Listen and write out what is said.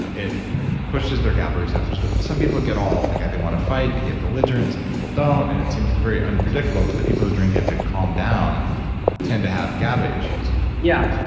it pushes their gaba receptors. but some people get all. like they want to fight. they get belligerent some people don't, and it seems very unpredictable. but the people who drink it to calm down tend to have gaba issues yeah.